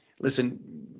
listen